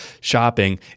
shopping